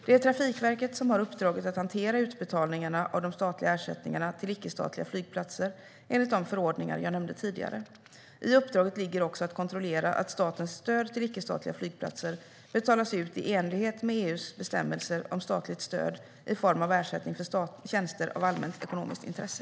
Det är Trafikverket som har uppdraget att hantera utbetalningarna av de statliga ersättningarna till icke-statliga flygplatser enligt de förordningar jag nämnde tidigare. I uppdraget ligger också att kontrollera att statens stöd till icke-statliga flygplatser betalas ut i enlighet med EU:s bestämmelser om statligt stöd i form av ersättning för tjänster av allmänt ekonomiskt intresse.